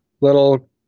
little